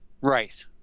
right